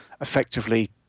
effectively